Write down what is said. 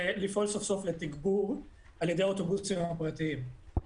לפעול סוף סוף לתגבור על ידי האוטובוסים הפרטיים.